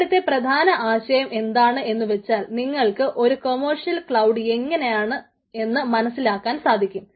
ഇവിടുത്തെ പ്രധാന ആശയം എന്താണെന്നുവെച്ചാൽ നിങ്ങൾക്ക് ഒരു കൊമേഴ്സ്യൽ ക്ലൌഡ് എങ്ങനെയാണെന്ന് മനസ്സിലാക്കാൻ സാധിക്കും